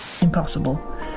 impossible